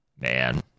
Man